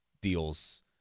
deals